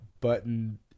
button